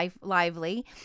lively